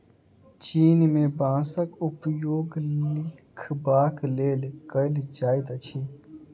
चीन में बांसक उपयोग लिखबाक लेल कएल जाइत अछि